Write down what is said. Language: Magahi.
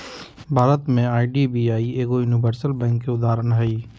भारत में आई.डी.बी.आई एगो यूनिवर्सल बैंक के उदाहरण हइ